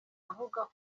avuga